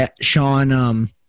Sean, –